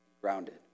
grounded